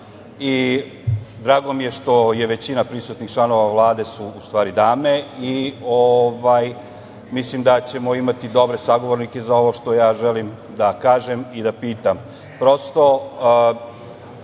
Drago mi je što su većina prisutnih članova Vlade u stvari dame. Mislim da ćemo imati dobre sagovornike za ovo što ja želim da kažem i da